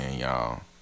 y'all